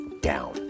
down